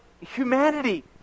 humanity